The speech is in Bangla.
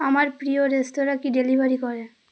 আমার প্রিয় রেস্তোরাঁ কী ডেলিভারি করে